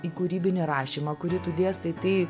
į kūrybinį rašymą kurį tu dėstai tai